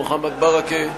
מוחמד ברכה,